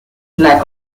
lack